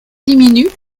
diminuent